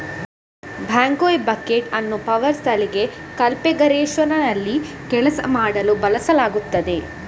backhoe bucket ಅನ್ನು power ಸಲಿಕೆ ಕಾನ್ಫಿಗರೇಶನ್ನಲ್ಲಿ ಕೆಲಸ ಮಾಡಲು ಬಳಸಲಾಗುತ್ತದೆ